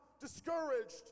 discouraged